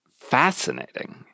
fascinating